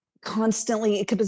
Constantly